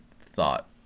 thought